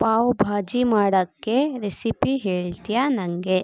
ಪಾವ್ ಭಾಜಿ ಮಾಡೋಕ್ಕೆ ರೆಸಿಪಿ ಹೇಳ್ತಿಯಾ ನನಗೆ